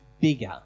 bigger